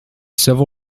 civil